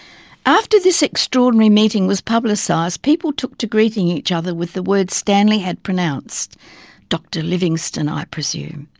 after this extraordinary meeting was publicised people took to greeting each other with the words stanley had pronounced dr. livingstone, i presume.